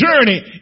journey